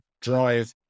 drive